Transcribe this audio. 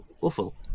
awful